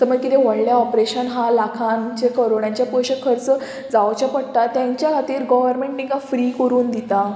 so मागीर कितें व्हडलें ऑपरेशन आहा लाखांचें कोरोडांचें पयशे खर्च जावचें पडटा तांच्या खातीर गोवोरमेंट तांकां फ्री करून दिता